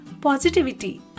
positivity